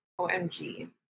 OMG